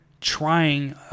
trying –